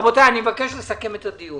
רבותיי, אני מבקש לסכם את הדיון.